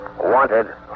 Wanted